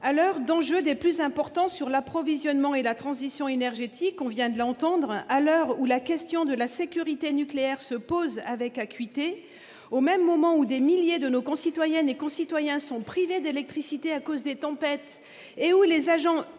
À l'heure où les enjeux sur l'approvisionnement et la transition énergétique sont des plus importants, comme on vient de l'entendre, à l'heure où la question de la sécurité nucléaire se pose avec acuité, au moment où des milliers de nos concitoyennes et concitoyens sont privés d'électricité à cause des tempêtes et où les agents